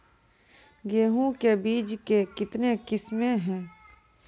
गेहूँ के बीज के कितने किसमें है?